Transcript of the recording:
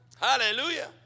Hallelujah